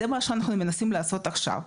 זה מה שאנחנו מנסים לעשות עכשיו.